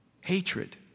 hatred